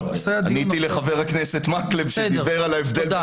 עניתי לחבר הכנסת מקלב שדיבר על ההבדל בין